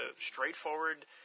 straightforward